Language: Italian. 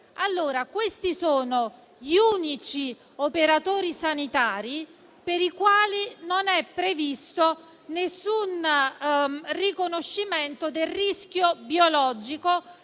Questi sono gli unici operatori sanitari per i quali non è previsto nessun riconoscimento del rischio biologico